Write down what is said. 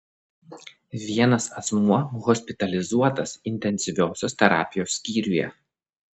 vienas asmuo hospitalizuotas intensyviosios terapijos skyriuje